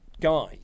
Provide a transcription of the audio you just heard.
guy